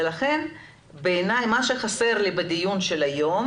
לכן, מה שחסר לי בדיון של היום